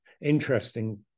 interesting